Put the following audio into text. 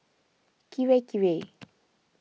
Kirei Kirei